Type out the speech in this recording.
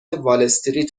والاستریت